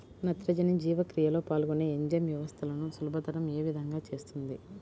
నత్రజని జీవక్రియలో పాల్గొనే ఎంజైమ్ వ్యవస్థలను సులభతరం ఏ విధముగా చేస్తుంది?